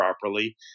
properly